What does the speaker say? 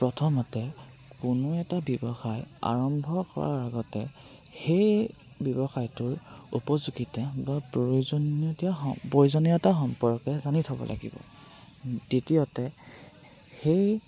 প্ৰথমতে কোনো এটা ব্যৱসায় আৰম্ভ কৰাৰ আগতে সেই ব্যৱসায়টোৰ উপযোগিতা বা প্ৰয়োজনীয়তা প্ৰয়োজনীয়তা সম্পৰ্কে জানি থ'ব লাগিব দ্বিতীয়তে সেই